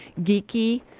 geeky